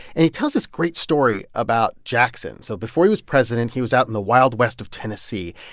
and he tells this great story about jackson. so before he was president, he was out in the wild west of tennessee.